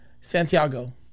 Santiago